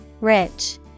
Rich